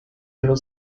ihre